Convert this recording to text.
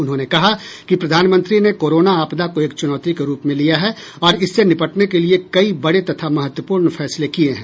उन्होंने कहा कि प्रधानमंत्री ने कोरोना आपदा को एक चुनौती के रूप में लिया है और इससे निपटने के लिए कई बड़े तथा महत्वपूर्ण फैसले किये हैं